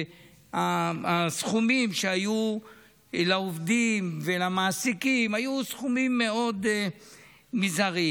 והסכומים שהיו לעובדים ולמעסיקים היו סכומים מאוד מזעריים.